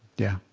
yeah?